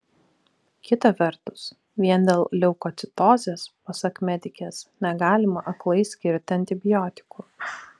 kita vertus vien dėl leukocitozės pasak medikės negalima aklai skirti antibiotikų